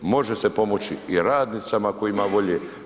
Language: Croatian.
Može se pomoći i radnicama tko ima volje.